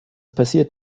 passiert